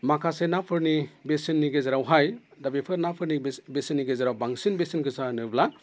माखासे नाफोरनि बेसेननि गेजेरावहाय दा बेफोर नाफोरनि बेसेननि गेजेराव बांसिन बेसेन गोसा होनोब्ला